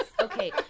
okay